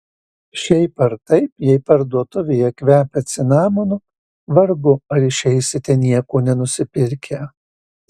šiaip ar taip jei parduotuvėje kvepia cinamonu vargu ar išeisite nieko nenusipirkę